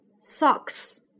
socks